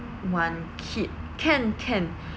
one kid can can